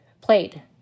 played